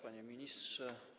Panie Ministrze!